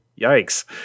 Yikes